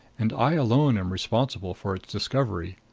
and i alone am responsible for its discovery.